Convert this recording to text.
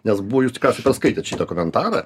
nes buvo tikriausiai paskaitėt šitą komentarą